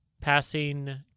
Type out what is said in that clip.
Passing